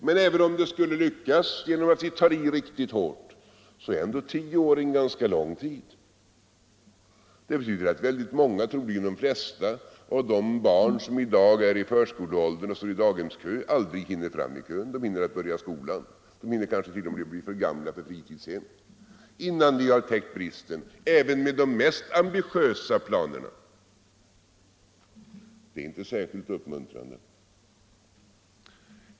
Men även om det skulle lyckas genom att vi tar i riktigt hårt, så är tio år en ganska lång tid. Det betyder att väldigt många — troligen de flesta — av de barn som i dag är i förskoleåldern och står i daghemskö aldrig hinner fram i kön. De hinner börja skolan och de hinner kanske t.o.m. bli för gamla för fritidshem, innan vi täckt bristen även med de mest ambitiösa planerna. Det är inte särskilt uppmuntrande.